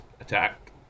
attack